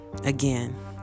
Again